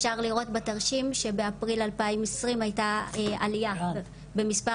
אפשר לראות בתרשים שבאפריל 2020 הייתה עלייה במספר